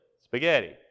spaghetti